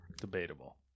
Debatable